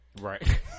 Right